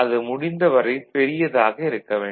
அது முடிந்தவரை பெரியதாக இருக்க வேண்டும்